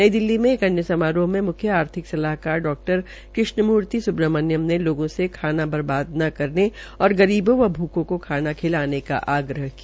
नई दिल्ली में एक अन्य समारोह मे मुख्य आर्थिक सलाहकार डा कृष्णामूर्ति सुब्रह्मण्यम ने लोगों से खाना बबार्द न करने और गरीबों व भूखों को खाना खिलाने का आग्रह किया